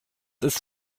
ist